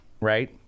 right